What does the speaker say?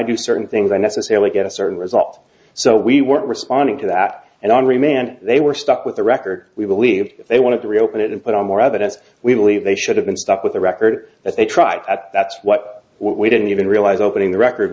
do certain things i necessarily get a certain result so we weren't responding to that and on remand they were stuck with the record we believed they wanted to reopen it and put on more evidence we believe they should have been stuck with the record that they tried that that's what we didn't even realize opening the record